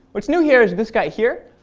what's new here is this guy here.